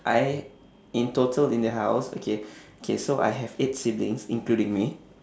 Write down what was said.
I in total in the house okay okay so I have eight siblings including me